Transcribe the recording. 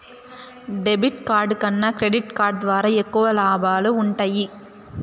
debit card కన్నా credit card ద్వారా ఎక్కువ లాబాలు వుంటయ్యి